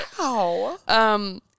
Wow